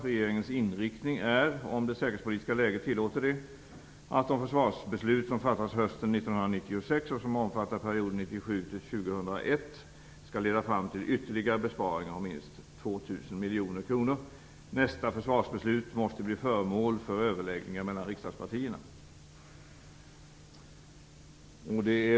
Regeringens inriktning är, om det säkerhetspolitiska läget tillåter det, att de försvarsbeslut som fattas hösten 1996 och som omfattar perioden 1997-2001, skall leda fram till ytterligare besparingar om minst 2 000 miljoner kr. Nästa försvarsbeslut måste bli föremål för överläggningar mellan riksdagspartierna."